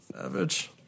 Savage